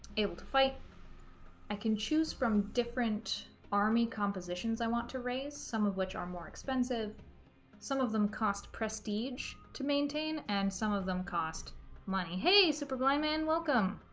able to fight i can choose from different army compositions i want to raise some of which are more expensive some of them cost prestige to maintain and some of them cost money hey super blind man welcome